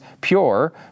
pure